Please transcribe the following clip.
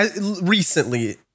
recently